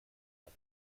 god